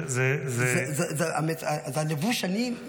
זה הלבוש שלי,